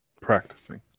Practicing